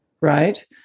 Right